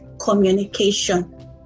communication